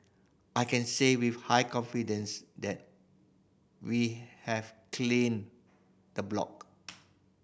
I can say with high confidence that we have cleaned the block